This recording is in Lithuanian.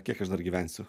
kiek aš dar gyvensiu